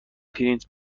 پرینت